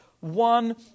One